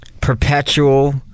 perpetual